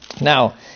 Now